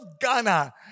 Ghana